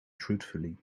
truthfully